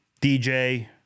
DJ